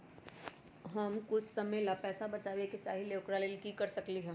हम कुछ समय ला पैसा बचाबे के चाहईले ओकरा ला की कर सकली ह?